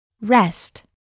Rest